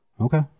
okay